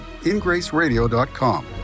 ingraceradio.com